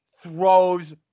throws